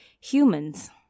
humans